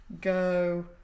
go